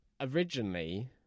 originally